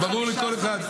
ברור לכל אחד.